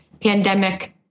pandemic